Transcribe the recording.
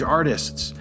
artists